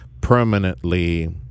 permanently